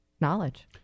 knowledge